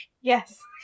Yes